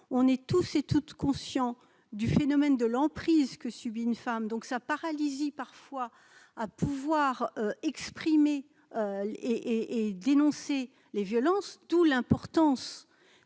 on est tous et toutes, conscient du phénomène de l'emprise que subit une femme donc sa paralysie parfois à pouvoir exprimer et et dénoncer les violences tout l'importance